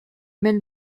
mêle